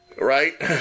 right